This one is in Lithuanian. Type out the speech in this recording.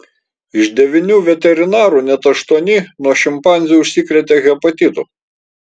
iš devynių veterinarų net aštuoni nuo šimpanzių užsikrėtė hepatitu